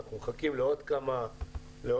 אנחנו מחכים לעוד כמה מאות.